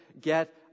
get